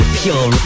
pure